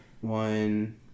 one